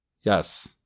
Yes